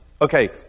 Okay